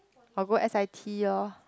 or go s_i_t lor